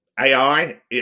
AI